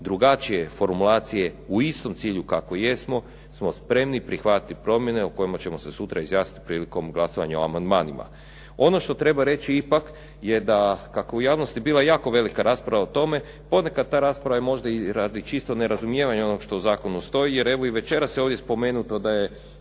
drugačije formulacije u istom cilju kako jesmo smo spremni prihvatiti promjene o kojima ćemo se sutra izjasniti prilikom glasovanja o amandmanima. Ono što treba reći ipak je kako je u javnosti bila jako velika rasprava o tome, ponekad ta rasprava i možda i čak čisto nerazumijevanja onog što u zakonu stoji, jer evo i večeras je ovdje spomenuto da je